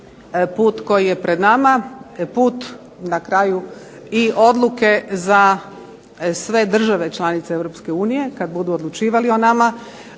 put koji je pred nama, put na kraju i odluke za sve države članice Europske unije kad budu odlučivali o nama